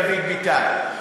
דוד ביטן.